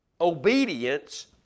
obedience